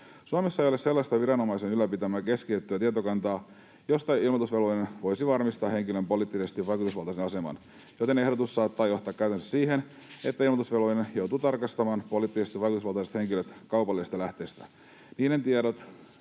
Suomessa ei ole sellaista viranomaisen ylläpitämää keskitettyä tietokantaa, josta ilmoitusvelvollinen voisi varmistaa henkilön poliittisesti vaikutusvaltaisen aseman, joten ehdotus saattaa johtaa käytännössä siihen, että ilmoitusvelvollinen joutuu tarkastamaan poliittisesti vaikutusvaltaiset henkilöt kaupallisista lähteistä. Niiden tiedot